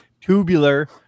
tubular